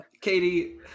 Katie